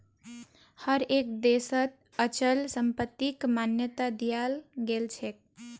हर एक देशत अचल संपत्तिक मान्यता दियाल गेलछेक